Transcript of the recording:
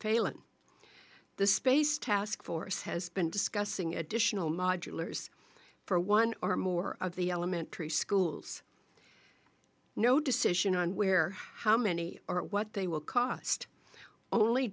failon the space task force has been discussing additional modulars for one or more of the elementary schools no decision on where how many or what they will cost only